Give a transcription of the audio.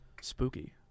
spooky